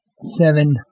Seven